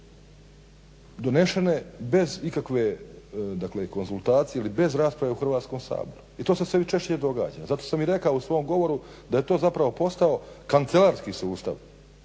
donešene bez ikakve dakle konzultacije, ili bez rasprave u Hrvatskom saboru, i to se sve češće događa, i zato sam i rekao u svom govoru da je to zapravo postao kancelarski sustav